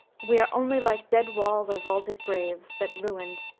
we are only like dead walls or vaulted graves, that, ruined,